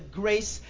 grace